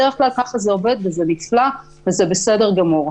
בדרך כלל, כך זה עובד, וזה נפלא וזה בסדר גמור.